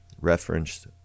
referenced